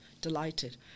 delighted